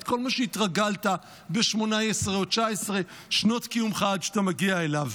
את כל מה שהתרגלת אליו ב-18 או 19 שנות קיומך עד שאתה מגיע אליו.